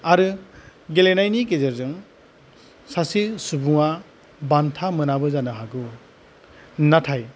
आरो गेलेनायनि गेजेरजों सासे सुबुङा बान्था मोनाबो जानो हागौ नाथाय